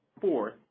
fourth